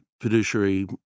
fiduciary